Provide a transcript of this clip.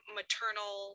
maternal